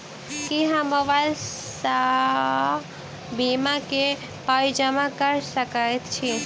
की हम मोबाइल सअ बीमा केँ पाई जमा कऽ सकैत छी?